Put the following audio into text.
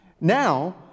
Now